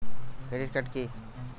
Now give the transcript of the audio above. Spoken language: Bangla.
ক্রেডিট কার্ড কি?